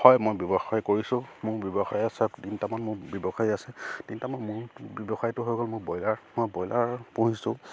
হয় মই ব্যৱসায় কৰিছোঁ মোৰ ব্যৱসায় আছে তিনিটামান মোৰ ব্যৱসায় আছে তিনিটামান মোৰ ব্যৱসায়টো হৈ গ'ল মোৰ ব্ৰইলাৰ মই ব্ৰইলাৰ পুহিছোঁ